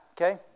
okay